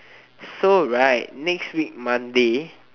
so right next week monday